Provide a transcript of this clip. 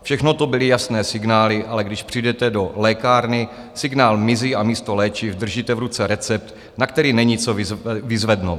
Všechno to byly jasné signály, ale když přijdete do lékárny, signál mizí a místo léčiv držíte v ruce recept, na který není co vyzvednout.